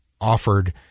offered